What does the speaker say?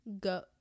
go